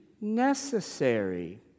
necessary